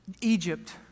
Egypt